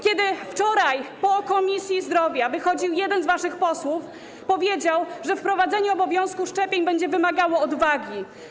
Kiedy wczoraj po posiedzeniu Komisji Zdrowia wychodził jeden z waszych posłów, powiedział, że wprowadzenie obowiązku szczepień będzie wymagało odwagi.